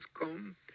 come